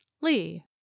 Lee